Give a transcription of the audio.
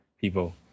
people